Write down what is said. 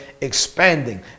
expanding